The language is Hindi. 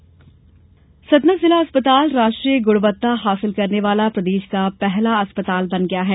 अस्पताल सतना जिला अस्पताल राष्ट्रीय गुणवत्ता हासिल करने वाला प्रदेश का पहला अस्पताल बन गया है